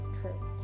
True